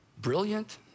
brilliant